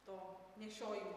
to nešiojimo